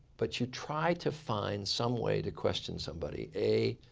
but you try to find some way to question somebody. a,